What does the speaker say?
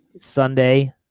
Sunday